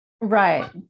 Right